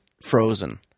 frozen